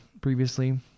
previously